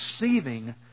receiving